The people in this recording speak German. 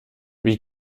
wie